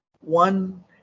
One